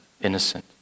innocent